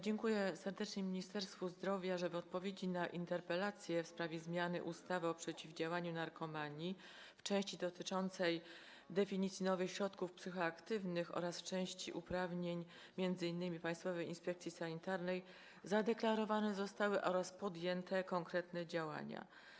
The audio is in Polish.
Dziękuję serdecznie Ministerstwu Zdrowia, że w odpowiedzi na interpelację w sprawie zmiany ustawy o przeciwdziałaniu narkomanii w części dotyczącej definicji nowych środków psychoaktywnych oraz części uprawnień m.in. Państwowej Inspekcji Sanitarnej zostały zadeklarowane oraz podjęte konkretne działania.